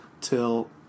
till